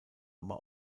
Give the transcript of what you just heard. aber